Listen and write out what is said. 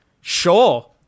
sure